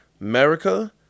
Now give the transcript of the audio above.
America